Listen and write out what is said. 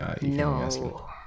No